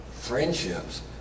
friendships